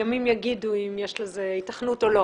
ימים יגידו אם יש לזה היתכנות או לא.